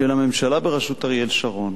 של הממשלה בראשות אריאל שרון,